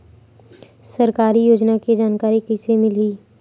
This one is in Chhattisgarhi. सरकारी योजना के जानकारी कइसे मिलही?